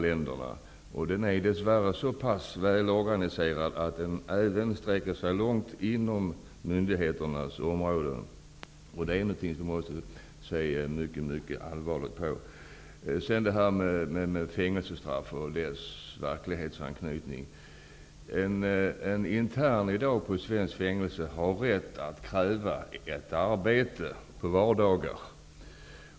Maffian är så pass välorganiserad att den även sträcker sig långt in på myndigheternas område. Det måste vi se mycket allvarligt på. Sedan vill jag säga några ord om det här med fängelsestraff och dess verklighetsanknytning. I dag har en intern på ett svenskt fängelse rätt till arbete på vardagar.